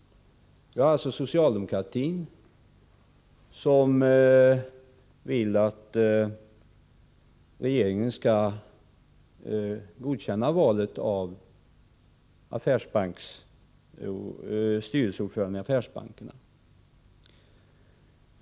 Vi har alltså socialdemokratin som vill att regeringen skall godkänna valet av ordförande i affärsbankerna.